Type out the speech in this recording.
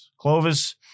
Clovis